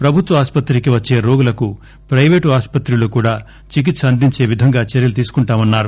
ప్రభుత్వ ఆసుపత్రికి వచ్చే రోగులకు ప్రయివేటు ఆసుపత్రిలో కూడా చికిత్స అందించే విధంగా చర్యలు తీసుకుంటామన్నారు